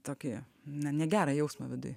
tokį na negerą jausmą viduj